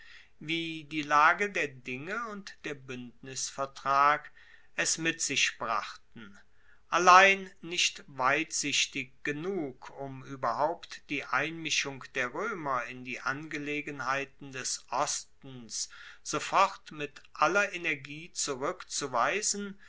wie die lage der dinge und der buendnisvertrag es mit sich brachten allein nicht weitsichtig genug um ueberhaupt die einmischung der roemer in die angelegenheiten des ostens sofort mit aller energie zurueckzuweisen